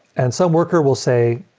and some worker will say,